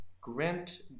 Grant